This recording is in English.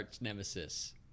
nemesis